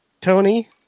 Tony